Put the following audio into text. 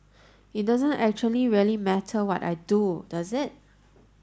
it doesn't actually really matter what I do does it